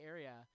Area